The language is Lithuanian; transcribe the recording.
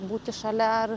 būti šalia ar